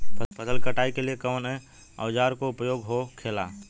फसल की कटाई के लिए कवने औजार को उपयोग हो खेला?